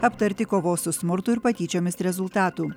aptarti kovos su smurtu ir patyčiomis rezultatų